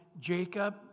Jacob